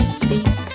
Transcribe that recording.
speak